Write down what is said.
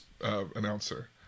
announcer